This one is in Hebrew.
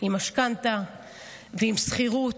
עם משכנתה ועם שכירות,